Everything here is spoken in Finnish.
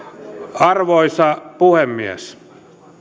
arvoisa puhemies